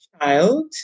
child